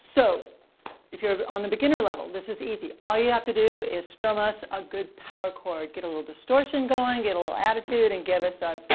so if you're on the beginner level, this is easy. all you have to do is strum us a good power chord. get a little distortion going, get a little attitude, and give us a